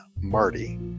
Marty